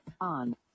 on